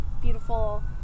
beautiful